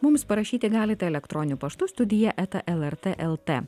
mums parašyti galite elektroniniu paštu studija eta lrt lt